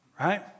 right